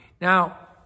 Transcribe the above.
Now